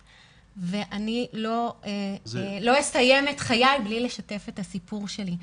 ואני לא אסיים את חיי בלי לשתף את הסיפור שלי.